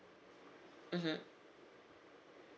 mmhmm